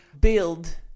build